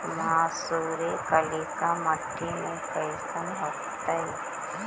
मसुरी कलिका मट्टी में कईसन होतै?